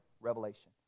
Revelation